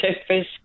surface